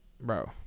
Bro